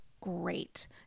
great